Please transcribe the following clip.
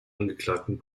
angeklagten